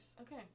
Okay